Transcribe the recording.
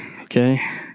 okay